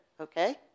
okay